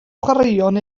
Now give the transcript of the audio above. chwaraeon